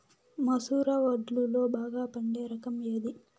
మసూర వడ్లులో బాగా పండే రకం ఏది?